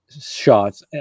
shots